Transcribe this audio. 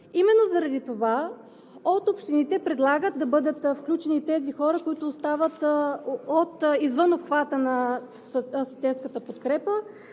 Именно заради това от общините предлагат да бъдат включени тези хора, които остават извън обхвата на асистентската подкрепа.